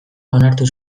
onartu